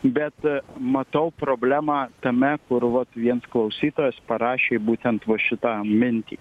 bet matau problemą tame kur vat vien klausytojas parašė būtent va šitą mintį